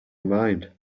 mind